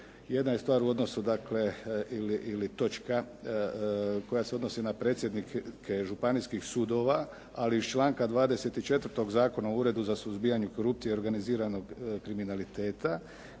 Jedna je stvar u odnosu dakle ili točka, koja se odnosi na predsjednike županijskih sudova, ali iz članka 24. Zakona o Uredu za suzbijanje korupcije i organiziranog kriminaliteta,